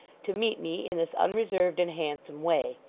to meet me in this unreserved and handsome way.